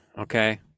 Okay